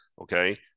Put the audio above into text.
Okay